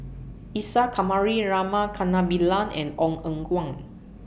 Isa Kamari Rama Kannabiran and Ong Eng Guan